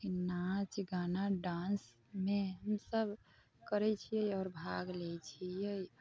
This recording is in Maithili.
नाच गाना डान्समे हम सभ करै छियै आओर भाग लै छियै